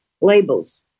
labels